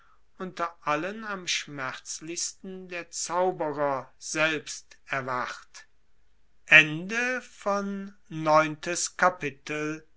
unter allen am schmerzlichsten der zauberer selbst erwacht